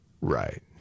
Right